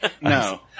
No